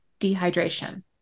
dehydration